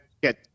get